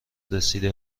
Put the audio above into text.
رسیده